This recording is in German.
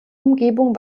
umgebung